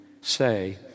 say